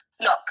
look